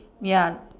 ya